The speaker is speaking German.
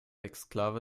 exklave